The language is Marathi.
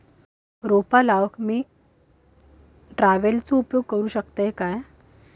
रोपा लाऊक मी ट्रावेलचो उपयोग करू शकतय काय?